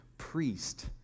Priest